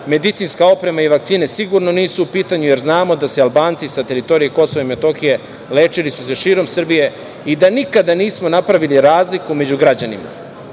Medicinska oprema i vakcine sigurno nisu u pitanju, jer znamo da su se Albanci sa teritorije KiM lečili širom Srbije i da nikada nismo napravili razliku među građanima. Kurti